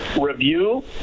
review